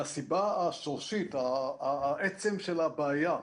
והסיבה השורשית, העצם של הבעיה,